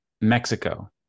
mexico